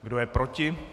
Kdo je proti?